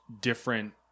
different